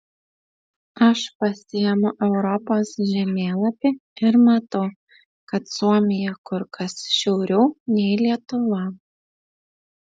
aš pasiimu europos žemėlapį ir matau kad suomija kur kas šiauriau nei lietuva